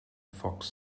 fox